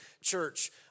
church